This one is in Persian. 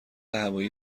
هوایی